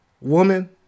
woman